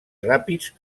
ràpids